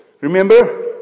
Remember